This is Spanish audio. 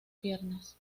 piernas